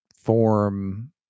form